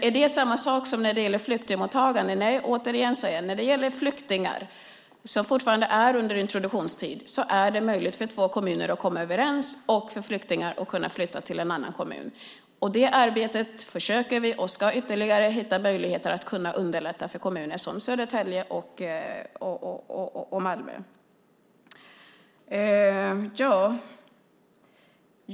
Är det samma sak när det gäller flyktingmottagande? Nej, återigen säger jag: När det gäller flyktingar som fortfarande är under introduktionstid är det möjligt för två kommuner att komma överens och för flyktingar att flytta till en annan kommun. I det arbetet försöker vi och ska vi hitta ytterligare möjligheter att kunna underlätta för kommuner som Södertälje och Malmö.